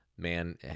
Man